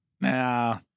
Nah